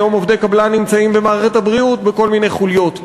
היום עובדי קבלן נמצאים במערכת הבריאות בכל מיני חוליות.